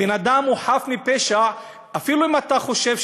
אדם הוא חף מפשע אפילו אם אתה חושב,